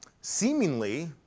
Seemingly